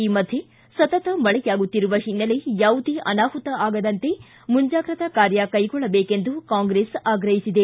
ಈ ಮಧ್ಯೆ ಸತತ ಮಳೆಯಾಗುತ್ತಿರುವ ಹಿನ್ನೆಲೆ ಯಾವುದೇ ಅನಾಹುತ ಆಗದಂತೆ ಮುಂಜಾಗ್ರತಾ ಕಾರ್ಯ ಕೈಗೊಳ್ಳಬೇಕೆಂದು ಕಾಂಗ್ರೆಸ್ ಆಗ್ರಹಿಸಿದೆ